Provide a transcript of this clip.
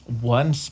one